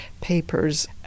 papers